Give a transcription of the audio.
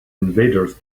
invaders